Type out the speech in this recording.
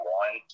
one